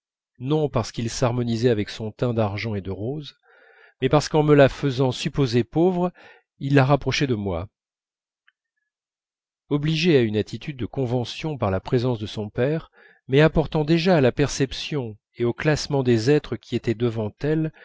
non parce qu'il s'harmonisait avec son teint d'argent ou de rose mais parce qu'en me la faisant supposer pauvre il la rapprochait de moi obligée à une attitude de convention par la présence de son père mais apportant déjà à la perception et au classement des êtres qui étaient devant elle